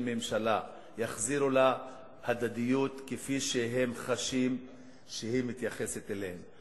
יחזירו לה כפי שהם חשים שהיא מתייחסת אליהם.